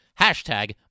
Hashtag